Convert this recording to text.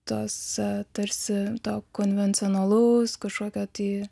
tuos tarsi to konvencionalaus kažkokio tai